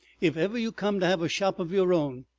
if ever you come to have a shop of your own.